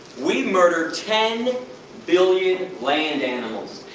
we murder ten billion land animals,